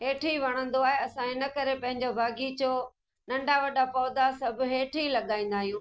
हेठि ई वणंदो आहे असां इन करे पंहिंजो बाग़ीचो नंढा वॾा पौधा सभु हेठि ई लॻाईंदा आहियूं